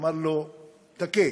ואמר לו: תכה.